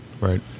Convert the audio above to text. right